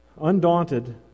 Undaunted